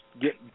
get